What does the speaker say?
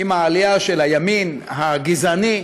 עם העלייה של הימין הגזעני,